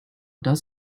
does